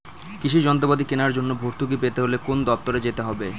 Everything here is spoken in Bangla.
কৃষি যন্ত্রপাতি কেনার জন্য ভর্তুকি পেতে হলে কোন দপ্তরে যেতে হবে?